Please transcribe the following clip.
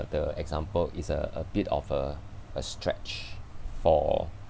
the example is uh a bit of a a stretch for